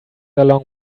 along